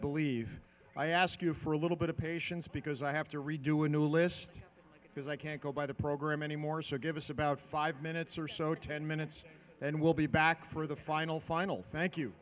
believe i ask you for a little bit of patience because i have to redo a new list because i can't go by the program anymore so give us about five minutes or so ten minutes and we'll be back for the final final thank you